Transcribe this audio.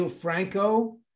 franco